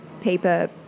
paper